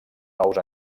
nous